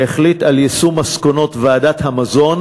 והחליט על יישום מסקנות ועדת המזון,